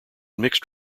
mixed